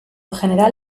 general